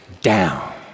down